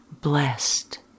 Blessed